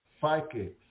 psychics